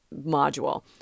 module